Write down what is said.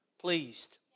pleased